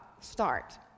start